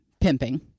pimping